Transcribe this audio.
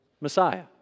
Messiah